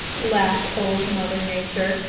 laughed old mother nature.